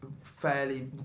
fairly